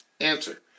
Answer